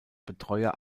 betreuer